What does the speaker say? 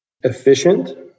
Efficient